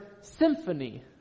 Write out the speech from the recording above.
symphony